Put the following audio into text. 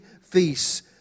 feasts